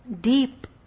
deep